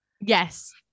yes